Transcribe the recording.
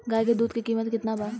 गाय के दूध के कीमत केतना बा?